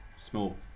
Small